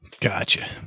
Gotcha